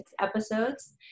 episodes